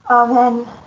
Amen